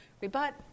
rebut